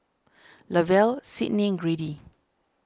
Lavelle Sydney Grady